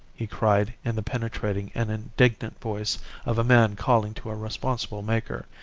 he cried in the penetrating and indignant voice of a man calling to a responsible maker.